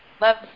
love